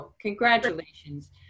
congratulations